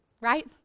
right